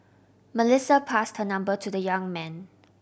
Melissa passed her number to the young man